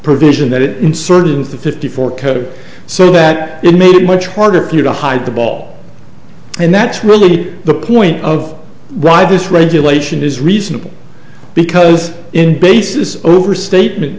provision that it inserted into the fifty four code so that it made it much harder for you to hide the ball and that's really the point of why this regulation is reasonable because in basis over statement